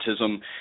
autism